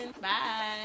Bye